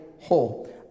whole